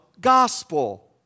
gospel